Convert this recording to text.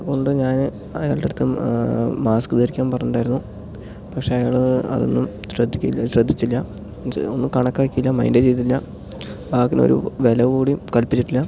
കൊണ്ട് ഞാൻ അയാളുടെ അടുത്ത് മാസ്ക്ക് ധരിക്കാൻ പറഞ്ഞിട്ടുണ്ടായിരുന്നു പക്ഷെ അയാൾ അതൊന്നും ശ്രദ്ധിക്കില്ല ശ്രദ്ധിച്ചില്ല എന്നിട്ട് ഒന്നും കണക്ക് ആക്കിയില്ല മൈൻ്റേ ചെയ്തില്ല വാക്കിന് ഒരു വില കൂടിയും കൽപ്പിച്ചിട്ടില്ല